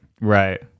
Right